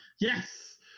Yes